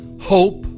hope